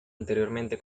anteriormente